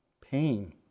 pain